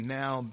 now